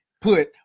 put